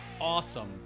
awesome